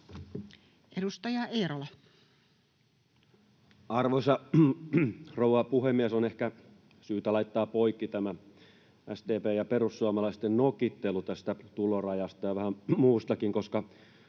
Content: Arvoisa rouva puhemies! On ehkä syytä laittaa poikki SDP:n ja perussuomalaisten nokittelu tulorajasta ja vähän muustakin, koska